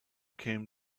came